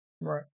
Right